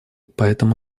поэтому